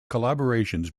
collaborations